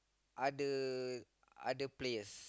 other other players